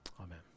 Amen